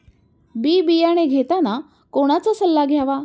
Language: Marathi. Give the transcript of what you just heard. बी बियाणे घेताना कोणाचा सल्ला घ्यावा?